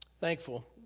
thankful